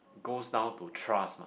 goes down to trust mah